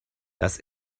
dass